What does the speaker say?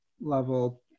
level